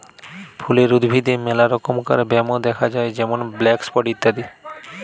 ফুলের উদ্ভিদে মেলা রমকার ব্যামো দ্যাখা যায় যেমন ব্ল্যাক স্পট ইত্যাদি